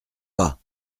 pas